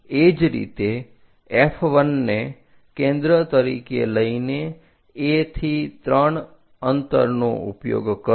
એ જ રીતે F1 ને કેન્દ્ર તરીકે લઈને A થી 3 અંતરનો ઉપયોગ કરો